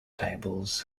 tables